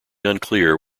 unclear